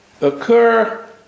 occur